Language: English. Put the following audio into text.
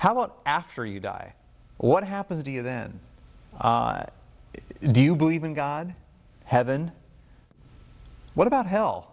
how about after you die what happens to you then do you believe in god heaven what about hel